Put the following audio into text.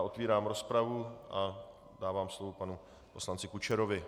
Otvírám rozpravu a dávám slovo panu poslanci Kučerovi.